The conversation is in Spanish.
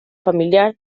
familiar